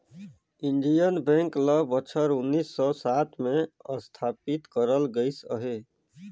Indian bank ल बछर उन्नीस सव सात में असथापित करल गइस अहे